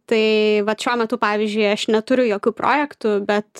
tai vat šiuo metu pavyzdžiui aš neturiu jokių projektų bet